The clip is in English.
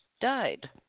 died